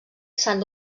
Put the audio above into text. sant